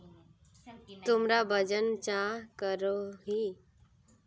तुमरा वजन चाँ करोहिस?